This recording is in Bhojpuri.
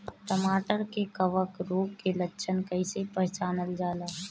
टमाटर मे कवक रोग के लक्षण कइसे पहचानल जाला?